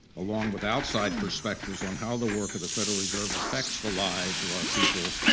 along with outside perspectives on how the work of the federal reserve affects the lives of our people.